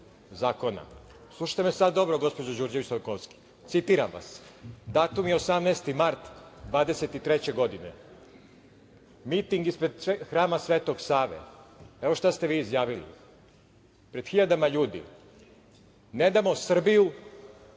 zakona. Slušajte me sad dobro, gospođo Đurđević Stamenkovski, citiram vas. datum je 18. mart 2023. godine, miting ispred Hrama Svetog Save. Evo šta ste vi izjavili pred hiljadama ljudi: „Ne damo Srbiju,